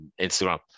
instagram